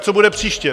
Co bude příště?